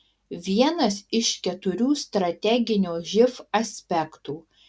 vienas iš keturių strateginio živ aspektų